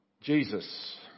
Jesus